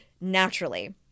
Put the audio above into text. naturally